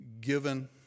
given